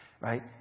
right